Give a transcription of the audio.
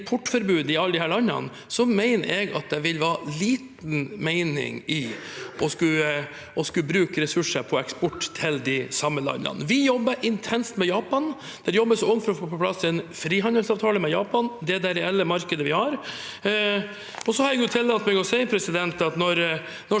i alle disse landene, mener jeg det vil være liten mening i å skulle bruke ressurser på eksport til de samme landene. Vi jobber intenst med Japan, og det jobbes også for å få på plass en frihandelsavtale med Japan. Det er det reelle markedet vi har. Så har jeg tillatt meg å si at når